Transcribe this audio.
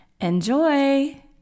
Enjoy